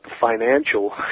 financial